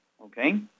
okay